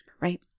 right